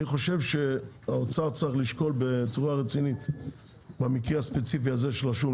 אני חושב שהאוצר צריך לשקול בצורה רצינית במקרה הספציפי הזה של השום,